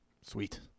Sweet